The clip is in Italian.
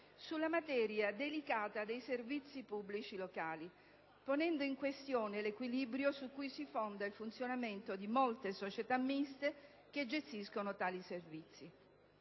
sulla materia delicata dei servizi pubblici locali, ponendo in questione l'equilibrio su cui si fonda il funzionamento di molte società miste che gestiscono tali servizi.